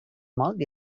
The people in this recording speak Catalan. molt